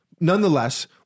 Nonetheless